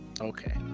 Okay